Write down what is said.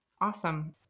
Awesome